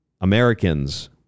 Americans